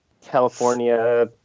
California